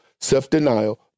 Self-denial